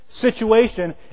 situation